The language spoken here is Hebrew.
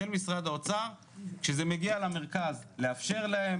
של משרד האוצר שזה מגיע למרכז לאפשר להם,